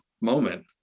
moment